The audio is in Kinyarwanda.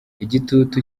igitutu